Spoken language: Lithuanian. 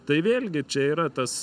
tai vėlgi čia yra tas